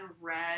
red